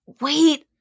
wait